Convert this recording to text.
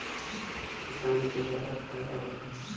किसान क जादा फायदा होला